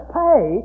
pay